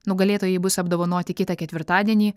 nugalėtojai bus apdovanoti kitą ketvirtadienį